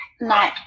No